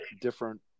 different